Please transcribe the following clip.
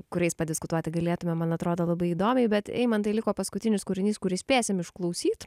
kuriais padiskutuoti galėtumėm man atrodo labai įdomiai bet eimantai liko paskutinis kūrinys kurį spėsim išklausyt